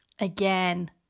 Again